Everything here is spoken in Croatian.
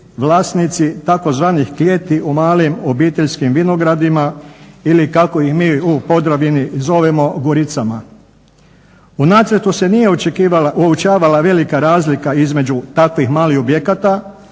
vlasnici tzv. klijeti u malim obiteljskim vinogradima ili kako ih mi u Podravini zovemo goricama. U nacrtu se nije uočavala velika razlika između takvih malih objekata